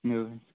مےٚ